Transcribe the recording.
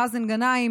מאזן גנאים,